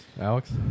Alex